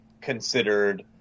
considered